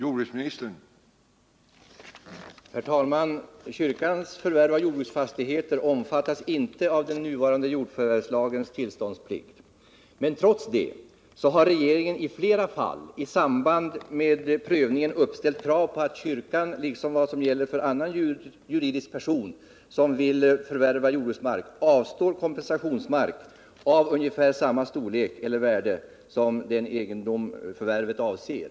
Herr talman! Kyrkans förvärv av jordbruksfastigheter omfattas inte av den nuvarande jordförvärvslagens tillståndsplikt. Trots detta har regeringen i flera fall i samband med prövningen uppställt krav på att kyrkan, i likhet med vad som gäller för annan juridisk person som vill förvärva jordbruksmark, skall avstå kompensationsmark av ungefär samma storlek eller till samma värde som den egendom förvärvet avser.